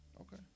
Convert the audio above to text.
Okay